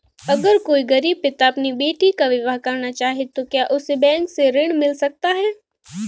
अगर कोई गरीब पिता अपनी बेटी का विवाह करना चाहे तो क्या उसे बैंक से ऋण मिल सकता है?